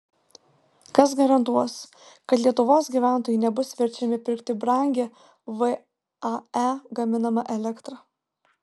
kas garantuos kad lietuvos gyventojai nebus verčiami pirkti brangią vae gaminamą elektrą